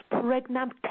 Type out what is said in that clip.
pregnant